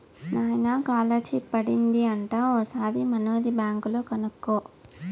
నాయనా కాలర్షిప్ పడింది అంట ఓసారి మనూరి బ్యాంక్ లో కనుకో